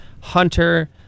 Hunter